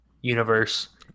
universe